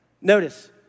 Notice